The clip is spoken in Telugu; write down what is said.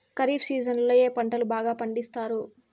ఖరీఫ్ సీజన్లలో ఏ పంటలు బాగా పండిస్తారు